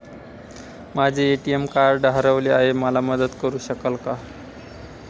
माझे ATM card हरवले आहे, मला मदत करु शकाल का?